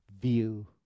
view